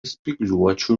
spygliuočių